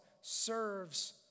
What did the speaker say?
serves